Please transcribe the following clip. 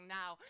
now